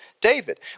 David